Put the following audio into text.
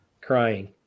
crying